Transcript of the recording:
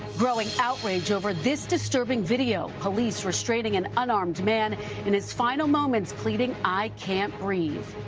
growing outrage over this disturbing video. police retraining an unarmed man in his final moments pleading, i can't breathe.